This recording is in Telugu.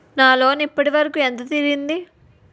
నా లోన్ ఇప్పటి వరకూ ఎంత తీరింది?